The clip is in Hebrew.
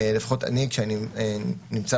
אני לפחות,